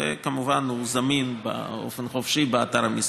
וכמובן הוא זמין באופן חופשי באתר המשרד.